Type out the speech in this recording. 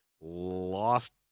lost